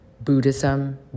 buddhism